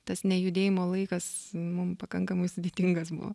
tas nejudėjimo laikas mum pakankamai sudėtingas buvo